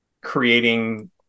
creating